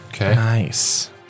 Nice